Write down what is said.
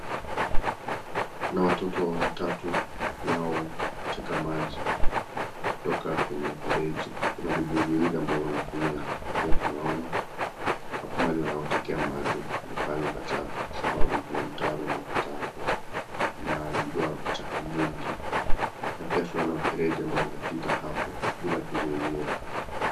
Kuna watoto watatu wanao teka maji kutoka kwenye mfereji, Na Kuna vyombo viwili wanavyotumia, Na pia tuona hapo mahali wanapotekea maji ni pahala pa chafu Kwa sababu Kuna mtaro unao pita hapo, na umebeba uchafu mwingi, na pia tunaona mfereji unao pita hapo bila ya kuzuiliwa.